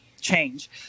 change